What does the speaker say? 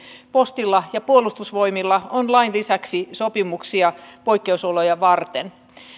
postilla ja puolustusvoimilla on lain lisäksi sopimuksia poikkeusoloja varten